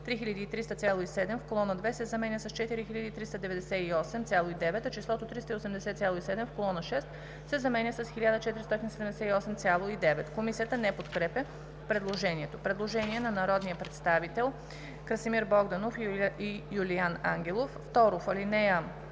300,7“ в колона 2 се заменя с „4398,9“, а числото „380,7“ в колона 6 се заменя с „1 478,9“.“ Комисията не подкрепя предложението. Предложение на народния представител Красимир Богданов и Юлиан Ангелов: „2. В чл.